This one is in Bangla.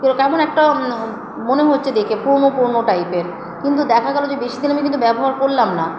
কেমন একটা মনে হচ্ছে দেখে পুরনো পুরনো টাইপের কিন্তু দেখা গেলো যে বেশিদিন আমি কিন্তু ব্যবহার করলাম না